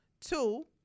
Two